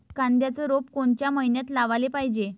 कांद्याचं रोप कोनच्या मइन्यात लावाले पायजे?